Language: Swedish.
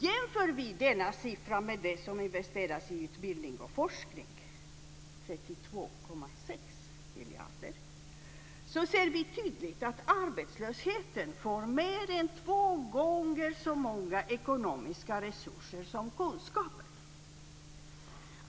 Jämför vi denna siffra med det som investeras i utbildning och forskning - 32,6 miljarder kronor - så ser vi tydligt att arbetslösheten får mer än två gånger så mycket ekonomiska resurser som kunskapen.